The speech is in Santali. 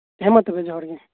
ᱦᱮᱸ ᱢᱟ ᱛᱚᱵᱮ ᱡᱚᱦᱟᱨ ᱜᱮ